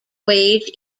wage